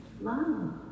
Love